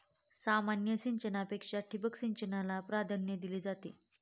सामान्य सिंचनापेक्षा ठिबक सिंचनाला प्राधान्य दिले जाते